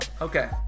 Okay